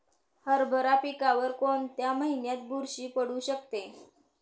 हरभरा पिकावर कोणत्या महिन्यात बुरशी पडू शकते?